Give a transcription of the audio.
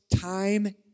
time